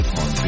on